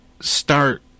start